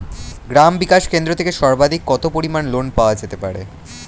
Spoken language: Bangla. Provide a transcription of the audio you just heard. গ্রাম বিকাশ কেন্দ্র থেকে সর্বাধিক কত পরিমান লোন পাওয়া যেতে পারে?